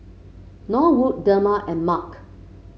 Norwood Dema and Mark